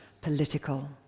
political